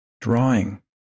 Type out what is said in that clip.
drawing